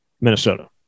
Minnesota